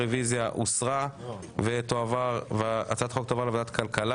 הרוויזיה הוסרה והצעת החוק תועבר לוועדת הכלכלה.